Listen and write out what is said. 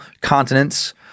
continents